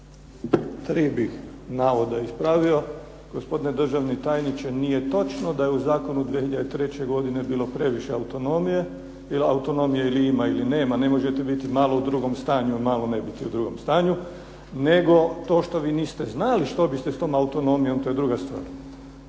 bih navoda ispravio. Gospodine državni tajniče nije točno da je u zakonu 2003. godine bilo previše autonomije, jer autonomije ili ima ili nema. Ne možete biti malo u drugom stanju, malo ne biti u drugom stanju. Nego to što vi niste znali što biste s tom autonomijom, to je druga stvar.